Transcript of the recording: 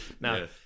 Now